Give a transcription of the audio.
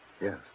Yes